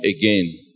again